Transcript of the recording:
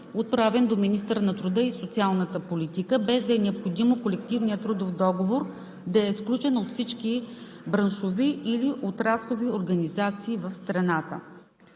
отправен до министъра на труда и социалната политика, без да е необходимо колективният трудов договор да е сключен от всички браншови или отраслови организации в страната.